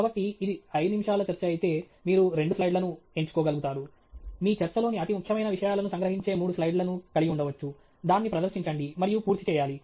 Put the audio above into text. కాబట్టి ఇది 5 నిమిషాల చర్చ అయితే మీరు 2 స్లైడ్లను ఎంచుకోగలుగుతారు మీ చర్చలోని అతి ముఖ్యమైన విషయాలను సంగ్రహించే 3 స్లైడ్లను కలిగి ఉండవచ్చు దాన్ని ప్రదర్శించండి మరియు పూర్తి చేయాలి